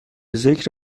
ذکر